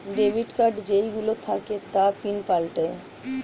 debit card যেই গুলো থাকে তার পিন পাল্টায়ে